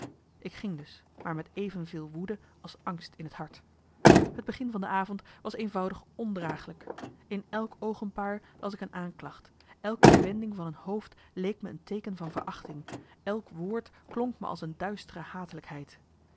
ik ging dus maar met evenveel woede als angst in t hart het begin van de avond was eenvoudig ondraaglijk in elk oogenpaar las ik een aanklacht elke wending van een hoofd leek me een teeken van verachting marcellus emants een nagelaten bekentenis elk woord klonk me als een duistere